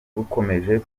bukomeje